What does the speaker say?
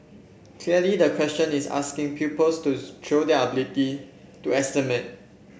clearly the question is asking pupils to show their ability to estimate